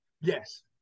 Yes